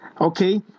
Okay